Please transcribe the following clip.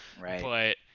Right